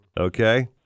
Okay